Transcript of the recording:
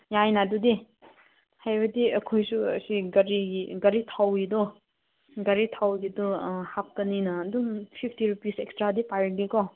ꯌꯥꯏꯅ ꯑꯗꯨꯗꯤ ꯍꯥꯏꯕꯗꯤ ꯑꯩꯈꯣꯏꯁꯨ ꯑꯁꯤ ꯒꯥꯔꯤꯒꯤ ꯒꯥꯔꯤ ꯊꯥꯎꯒꯤꯗꯣ ꯒꯥꯔꯤ ꯊꯥꯎꯒꯤꯗꯣ ꯍꯥꯞꯄꯅꯤꯅ ꯑꯗꯨꯝ ꯐꯤꯐꯇꯤ ꯔꯨꯄꯤꯁ ꯑꯦꯛꯁꯇ꯭ꯔꯥꯗꯤ ꯄꯥꯏꯔꯗꯤꯀꯣ